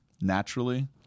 naturally